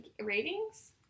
ratings